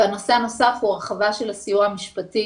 הנושא הנוסף הוא הרחבה של הסיוע המשפטי